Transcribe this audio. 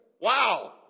Wow